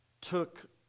Took